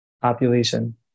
population